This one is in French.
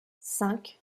cinq